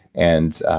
and